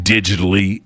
digitally